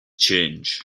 change